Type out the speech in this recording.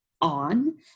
on